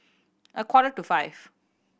a quarter to five